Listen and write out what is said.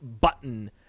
button